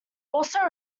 also